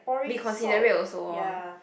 be considerate also loh